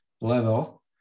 level